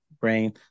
brain